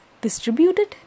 distributed